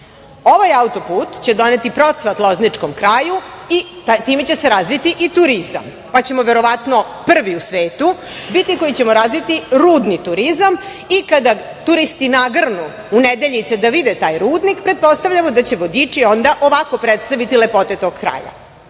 Ovaj autoput će doneti procvat lozničkom kraju i time će se razviti i turizam, pa ćemo verovatno prvi u svetu biti koji ćemo razviti rudni turizam i kada turisti nagrnu u Nedeljice da vide taj rudnik, pretpostavljamo da će vodiči ovako predstaviti lepote tog kraja: